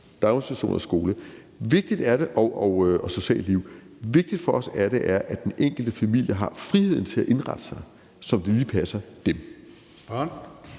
daginstitutionen, skolen og det sociale liv. Vigtigt for os er det, at den enkelte familie har friheden til at indrette sig, som det lige passer dem.